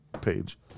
page